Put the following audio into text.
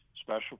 Special